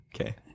okay